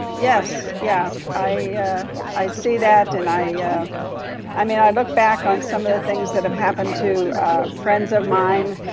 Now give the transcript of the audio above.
yes, yeah, i i see that, and i i mean, i look back on some of the things that have happened to friends of mine,